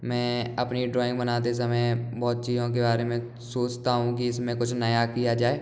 मैं अपनी ड्राॅइंग बनाते समय बहुत चीजों के बारे में सोचता हूँ कि इसमें कुछ नया किया जाए